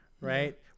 right